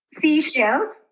seashells